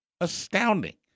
Astounding